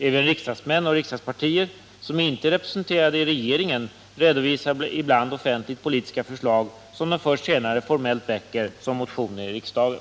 Även riksdagsmän och riksdagspartier, som inte är representerade i regeringen, redovisar ibland offentligt politiska förslag som de först senare formellt väcker som motioner i riksdagen.